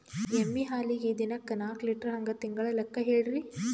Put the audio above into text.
ಎಮ್ಮಿ ಹಾಲಿಗಿ ದಿನಕ್ಕ ನಾಕ ಲೀಟರ್ ಹಂಗ ತಿಂಗಳ ಲೆಕ್ಕ ಹೇಳ್ರಿ?